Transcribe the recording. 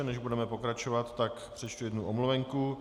Než budeme pokračovat, přečtu jednu omluvenku.